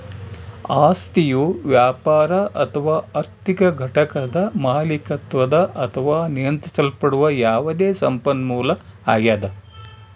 ಆಸ್ತಿಯು ವ್ಯಾಪಾರ ಅಥವಾ ಆರ್ಥಿಕ ಘಟಕದ ಮಾಲೀಕತ್ವದ ಅಥವಾ ನಿಯಂತ್ರಿಸಲ್ಪಡುವ ಯಾವುದೇ ಸಂಪನ್ಮೂಲ ಆಗ್ಯದ